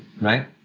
right